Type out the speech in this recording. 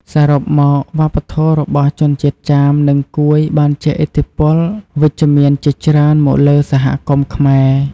សរុបមក វប្បធម៌របស់ជនជាតិចាម និងកួយបានជះឥទ្ធិពលវិជ្ជមានជាច្រើនមកលើសហគមន៍ខ្មែរ។